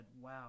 wow